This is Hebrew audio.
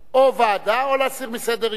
או ועדה, או להסיר מסדר-היום.